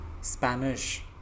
Spanish